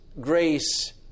grace